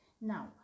now